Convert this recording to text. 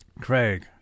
Craig